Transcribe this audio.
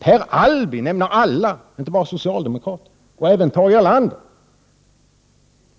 Per Albin nämner alla, inte bara socialdemokrater. Det gäller även Tage Erlander.